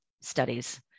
studies